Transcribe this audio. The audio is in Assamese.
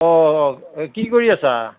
অঁ কি কৰি আছা